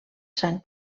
sant